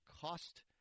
cost